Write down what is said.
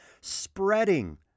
spreading